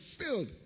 filled